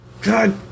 God